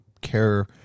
care